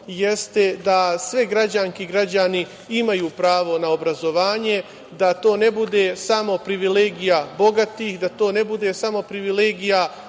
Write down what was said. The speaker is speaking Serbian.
jeste da sve građanke i građani imaju pravo na obrazovanje, da to ne bude samo privilegija bogatih, da to ne bude samo privilegija